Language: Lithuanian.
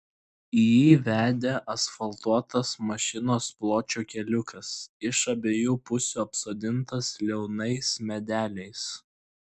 į jį vedė asfaltuotas mašinos pločio keliukas iš abiejų pusių apsodintas liaunais medeliais